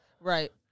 Right